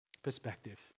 perspective